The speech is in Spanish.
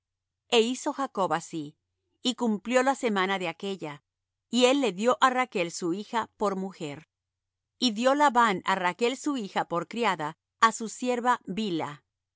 e hizo jacob así y cumplió la semana de aquélla y él le dió á rachl su hija por mujer y dió labán á rachl su hija por criada á su sierva bilha